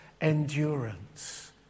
endurance